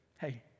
hey